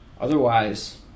otherwise